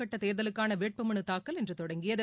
கட்ட தேர்தலுக்கான வேட்புமனு தாக்கல் இன்று தொடங்கியது